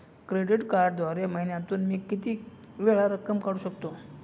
Credit कार्डद्वारे महिन्यातून मी किती वेळा रक्कम काढू शकतो?